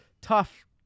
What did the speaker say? tough